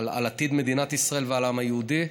עתיד מדינת ישראל והעם היהודי,